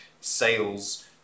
sales